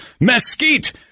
mesquite